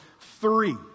three